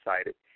excited